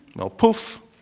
well, poof,